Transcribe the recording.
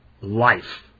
life